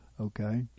okay